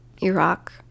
Iraq